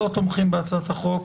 לא תומכים בהצעת החוק?